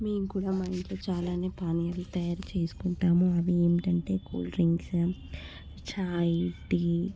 మేము కూడా మా ఇంట్లో చాలానే పానీయాలు తయారు చేసుకుంటాము అవి ఏంటంటే కూల్ డ్రింక్స్ చాయి టీ